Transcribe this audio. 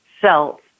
self